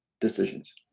decisions